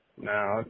Now